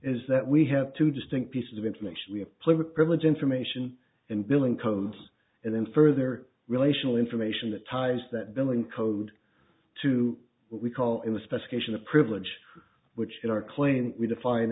is that we have two distinct pieces of information we have pleasure privilege information and billing codes and then further relational information that ties that billing code to what we call in the specification a privilege which in our claim we define